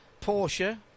Porsche